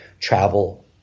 travel